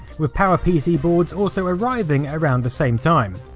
with power pc boards also arriving around the same time.